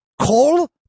Call